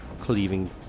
cleaving